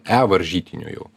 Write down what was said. e varžytinių jau